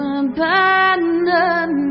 abandon